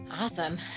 Awesome